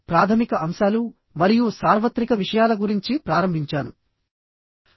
ప్రాథమిక అంశాలు మరియు సార్వత్రిక విషయాల గురించి మీతో మాట్లాడుతున్నప్పుడు నేను ఒక రకమైన నిరాకరణతో ప్రారంభించాను